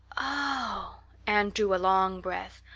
oh! anne drew a long breath.